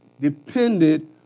depended